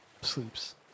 sleeps